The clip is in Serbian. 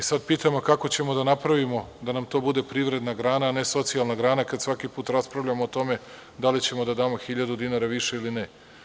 Sad pitamo kako ćemo da napravimo da nam to bude privredna grana, a ne socijalna grana, kad svaki put raspravljamo o tome da li ćemo da damo hiljadu dinara više ili ne.